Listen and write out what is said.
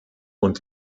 und